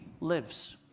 lives